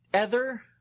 ether